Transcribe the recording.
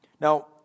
Now